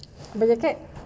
the jacket